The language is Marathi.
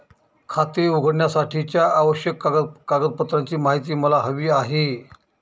खाते उघडण्यासाठीच्या आवश्यक कागदपत्रांची माहिती मला हवी आहे